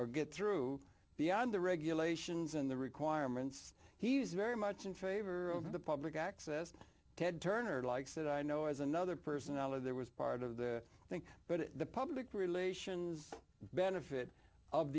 or get through beyond the regulations and the requirements he's very much in favor of the public access ted turner likes it i know as another person out of there was part of the thing but the public relations benefit of